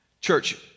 Church